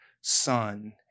Son